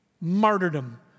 martyrdom